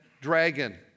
dragon